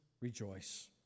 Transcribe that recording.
rejoice